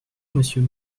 monsieur